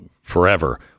forever